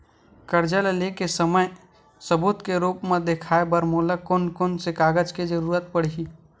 कर्जा ले के समय सबूत के रूप मा देखाय बर मोला कोन कोन से कागज के जरुरत पड़ही?